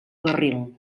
barril